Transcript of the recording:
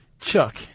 Chuck